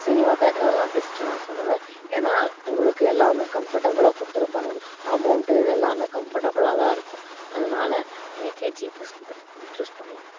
cinema தேயேட்டருலலாம் பெஸ்ட்டுன்னு நான் சொல்லுவேன் ஏன்னா உங்களுக்கு எல்லாமே கம்ஃபர்டபுளாக கொடுத்துருப்பாங்க அமௌண்ட் இது எல்லாமே கம்ஃபர்டபுளாக தான் இருக்கும் அதனால் நீங்கள் கேஜி சூஸ் பண்ணலாம்